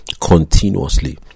continuously